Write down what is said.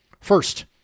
First